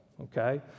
okay